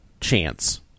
chance